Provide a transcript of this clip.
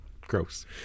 Gross